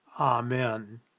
Amen